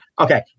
Okay